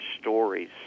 stories